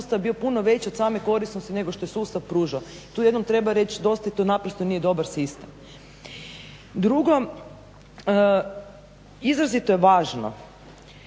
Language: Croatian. bio puno veći od same korisnosti nego što je sustav pružao. Tu jednom treba reći dosta jer to naprosto nije dobar sistem. Drugo, izrazito je važno